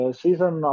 season